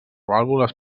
vàlvules